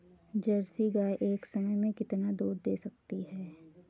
Jersey गाय एक समय में कितना दूध दे सकती है?